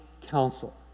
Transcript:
counsel